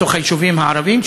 בתוך היישובים הערביים,